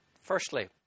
Firstly